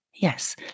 Yes